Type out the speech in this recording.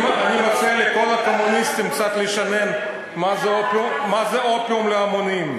אני מציע לכל הקומוניסטים קצת לשנן מה זה אופיום להמונים.